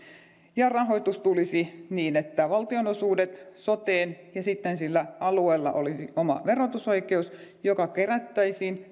ja rahoitus tulisi niin että valtionosuudet tulisivat soteen ja sitten sillä alueella olisi oma verotusoikeus ja se vero kerättäisiin